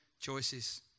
choices